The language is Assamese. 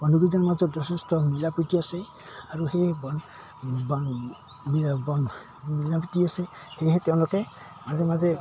বন্ধুকেইজনৰ মাজত যথেষ্ট মিলা প্ৰীতি আছে আৰু সেই বন মিলা প্ৰীতি আছে সেয়েহে তেওঁলোকে মাজে মাজে